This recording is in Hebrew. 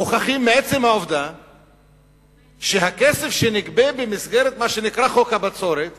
מוכחים מעצם העובדה שהכסף שנגבה במסגרת מה שנקרא חוק הבצורת